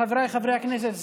חבריי חברי הכנסת,